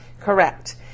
Correct